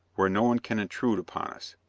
where no one can intrude upon us.